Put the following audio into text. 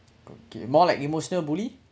okay more like emotional bully